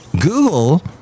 Google